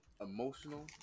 emotional